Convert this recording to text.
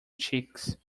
cheeks